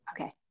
Okay